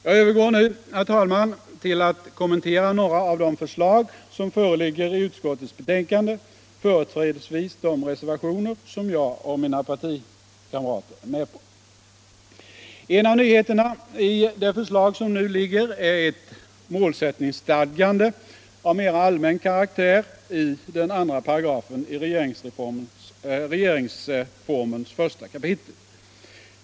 Jag övergår nu, herr talman, till att kommentera några av de konkreta förslag som föreligger i utskottets betänkande, företrädesvis de reservationer som jag och mina partikolleger är med på. En av nyheterna i det förslag som nu föreligger är ett målsättningsstadgande av mera allmän karaktär i den andra paragrafen i regeringsformens första kapitel.